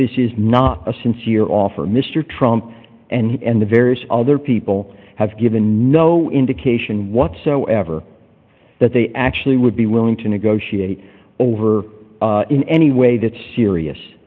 this is not a sincere offer mr trump and he and the various other people have given no indication whatsoever that they actually would be willing to negotiate over in any way that serious